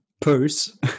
purse